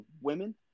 women